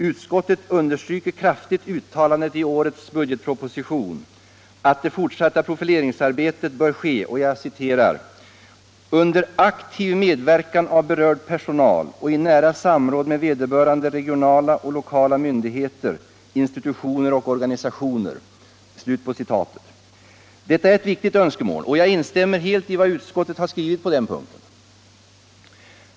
Utskottet understryker kraftigt uttalandet i årets budgetproposition att det fortsatta profileringsarbetet bör ske ”under aktiv medverkan av berörd personal och i nära samråd med vederbörande regionala och lokala myndigheter, institutioner och organisationer”. Detta är ett viktigt önskemål, och jag instämmer helt i vad utskottet skriver på den punkten.